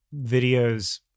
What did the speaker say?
videos